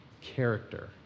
character